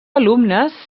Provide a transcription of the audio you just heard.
alumnes